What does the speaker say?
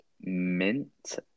mint